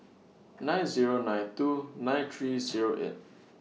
nine Zero nine two nine three Zero eight